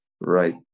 right